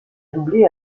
doublé